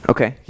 Okay